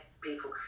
people